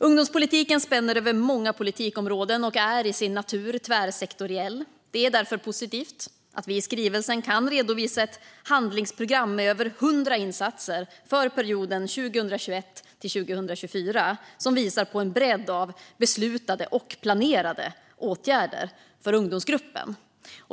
Ungdomspolitiken spänner över många politikområden och är till sin natur tvärsektoriell. Det är därför positivt att vi i skrivelsen kan redovisa ett handlingsprogram med över 100 insatser för perioden 2021-2024 som visar på en bredd av beslutade och planerade åtgärder för ungdomsgruppen.